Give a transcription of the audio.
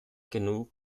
genug